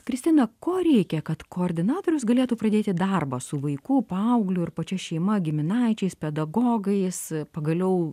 kristina ko reikia kad koordinatorius galėtų pradėti darbą su vaiku paaugliu ir pačia šeima giminaičiais pedagogais pagaliau